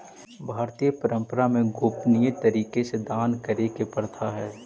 भारतीय परंपरा में गोपनीय तरीका से दान करे के प्रथा हई